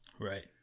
Right